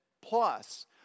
plus